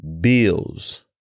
bills